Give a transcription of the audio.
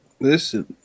Listen